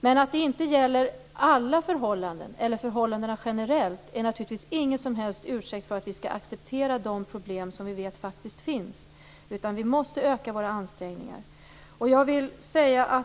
Men att det inte gäller förhållandena generellt är naturligtvis ingen som helst ursäkt för att vi skall acceptera de problem som vi vet faktiskt finns, utan vi måste öka våra ansträngningar.